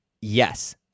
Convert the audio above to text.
Yes